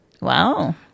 Wow